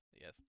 yes